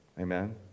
Amen